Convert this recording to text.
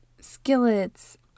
skillets